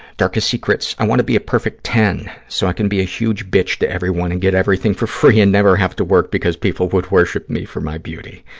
darkest secrets. i want to be a perfect ten, so i can be a huge bitch to everyone and get everything for free and never have to work because people would worship me for my beauty.